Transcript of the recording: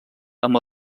amb